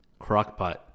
Crockpot